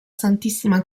santissima